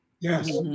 Yes